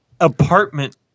apartment